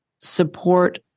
support